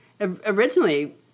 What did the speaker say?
originally